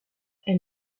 elle